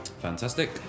Fantastic